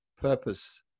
purpose